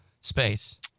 space